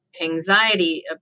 anxiety